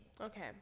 Okay